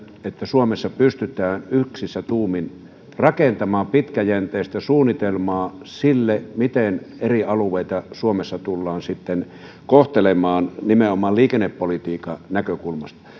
että suomessa pystytään yksissä tuumin rakentamaan pitkäjänteistä suunnitelmaa sille miten eri alueita suomessa tullaan kohtelemaan nimenomaan liikennepolitiikan näkökulmasta